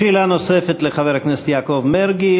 שאלה נוספת לחבר הכנסת יעקב מרגי.